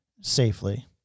safely